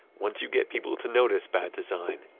once you get people to notice bad design,